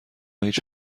هیچ